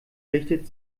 richtet